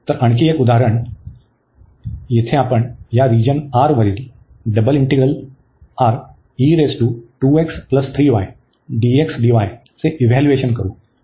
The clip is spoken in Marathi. तर आणखी एक उदाहरण येथे आपण या रिजन R वरील चे इव्हाल्युएशन करू इच्छितो